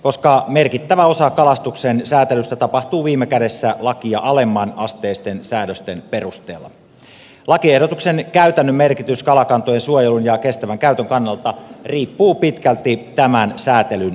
koska merkittävä osa kalastuksen säätelystä tapahtuu viime kädessä lakia alemman asteisen säätelyn perusteella lakiehdotuksen käytännön merkitys kalakantojen suojelun ja kestävän käytön kannalta riippuu pitkälti tämän säätelyn onnistumisesta